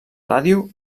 ràdio